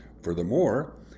Furthermore